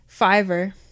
Fiverr